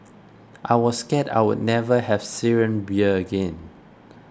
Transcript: I was scared I'd never have Syrian beer again